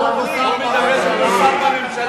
הוא מדבר כמו שר בממשלה?